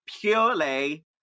purely